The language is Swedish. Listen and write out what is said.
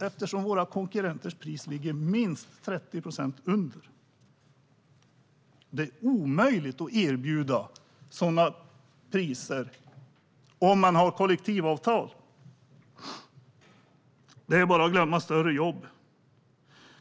eftersom deras konkurrenters priser ligger minst 30 procent under. Det är omöjligt att erbjuda sådana priser med kollektivavtal. Det är bara att glömma större jobb.